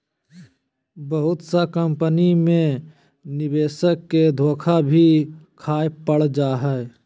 बहुत सा कम्पनी मे निवेशक के धोखा भी खाय पड़ जा हय